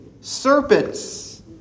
serpents